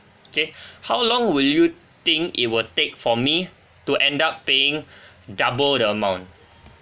okay how long will you think it will take for me to end up paying double the amount